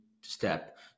step